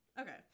Okay